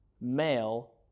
male